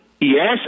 yes